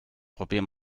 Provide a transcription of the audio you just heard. probier